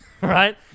Right